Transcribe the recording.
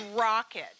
rocket